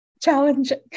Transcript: challenging